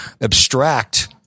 abstract